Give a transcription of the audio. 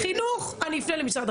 חינוך - אני אפנה למשרד החינוך.